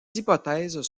hypothèses